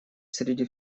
среди